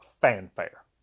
fanfare